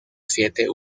siete